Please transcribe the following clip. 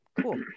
cool